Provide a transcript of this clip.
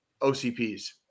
OCPs